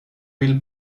vill